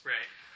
Right